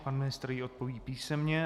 Pan ministr jí odpoví písemně.